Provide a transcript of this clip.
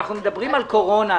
אנחנו מדברים על קורונה.